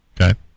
Okay